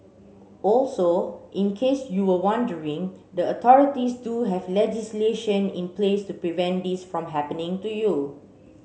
also in case you were wondering the authorities do have legislation in place to prevent this from happening to you